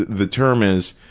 the term is,